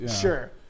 Sure